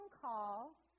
call